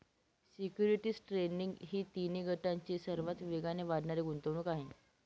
securities trading ही तिन्ही गटांची सर्वात वेगाने वाढणारी गुंतवणूक आहे